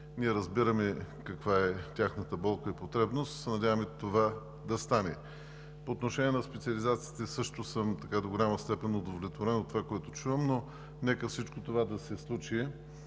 и разбираме каква е тяхната болка и потребност, и се надяваме това да стане. По отношение на специализациите също съм до голяма степен удовлетворен от това, което чувам, но нека всичко това да се случи.